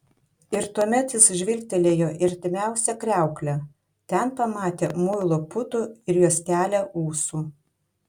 ir tuomet jis žvilgtelėjo į artimiausią kriauklę ten pamatė muilo putų ir juostelę ūsų